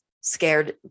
scared